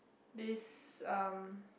this um